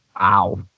wow